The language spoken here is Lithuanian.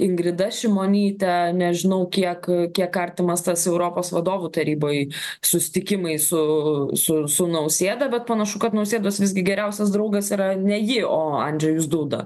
ingrida šimonyte nežinau kiek kiek artimas tas europos vadovų tarybai susitikimai su su su nausėda bet panašu kad nausėdos visgi geriausias draugas yra ne ji o andžejus dūda